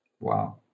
Wow